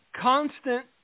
constant